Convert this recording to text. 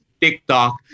TikTok